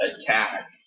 attack